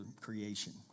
creation